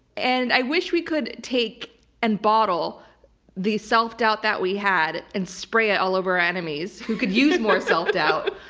and i wish we could take and bottle the self-doubt that we had and spray it all over our enemies, who could use more self-doubt.